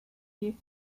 you